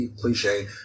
cliche